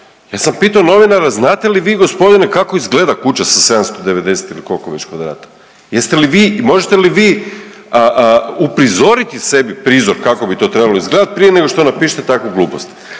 ja sam pitao novinara, znate li vi, gospodine, kako izgleda kuća sa 790 ili koliko već kvadrata? Jeste li vi, možete li vi uprizoriti sebi prizor kako bi to trebalo izgledati prije nego što napišete takvu glupost?